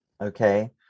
okay